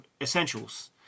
Essentials